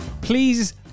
please